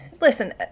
Listen